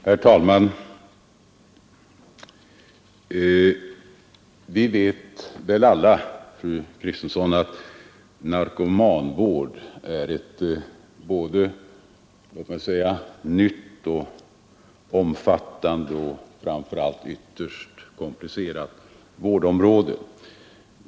Herr talman! Vi vet väl alla, fru Kristensson, att narkomanvård är ett såväl nytt som omfattande och framför allt ytterst komplicerat vårdområde.